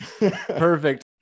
Perfect